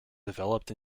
developed